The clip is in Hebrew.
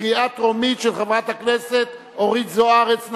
של חברת הכנסת אורית זוארץ.